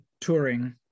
touring